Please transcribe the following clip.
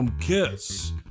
kiss